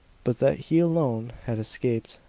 but that he alone had escaped.